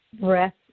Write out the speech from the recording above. breath